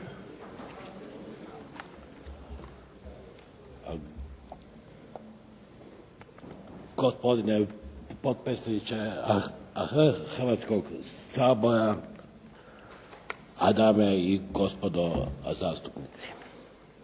Gospodine potpredsjedniče Hrvatskog sabora, dame i gospodo zastupnici.